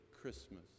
Christmas